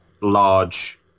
large